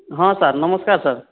ହଁ ସାର୍ ନମସ୍କାର ସାର୍